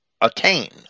attain